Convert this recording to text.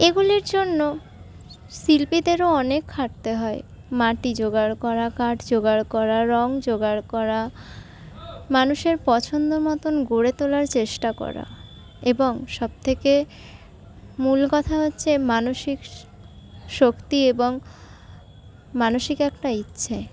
এগুলির জন্য শিল্পীদেরও অনেক খাটতে হয় মাটি জোগাড় করা কাঠ জোগাড় করা রঙ জোগাড় করা মানুষের পছন্দমতন গড়ে তোলার চেষ্টা করা এবং সবথেকে মূল কথা হচ্ছে মানসিক শক্তি এবং মানসিক একটা ইচ্ছে